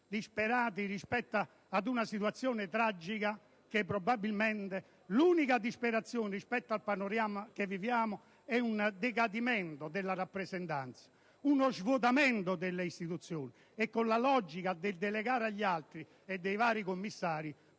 disperati, a fronte di una situazione tragica. Probabilmente l'unico motivo di disperazione rispetto al panorama che viviamo è un decadimento della rappresentanza ed uno svuotamento delle istituzioni: con la logica del delegare ad altri e ai vari commissari